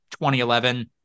2011